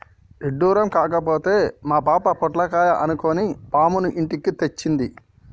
ఇడ్డురం కాకపోతే మా పాప పొట్లకాయ అనుకొని పాముని ఇంటికి తెచ్చింది